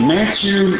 Matthew